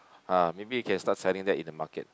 ah maybe you can start selling that in the market